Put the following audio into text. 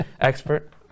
Expert